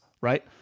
right